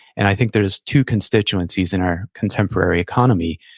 and i think there's two constituencies in our contemporary economy.